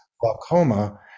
glaucoma